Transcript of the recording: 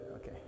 Okay